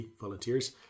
volunteers